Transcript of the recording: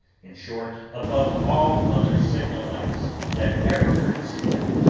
in short, above all other signal lights that ever were displayed,